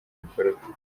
bikorwa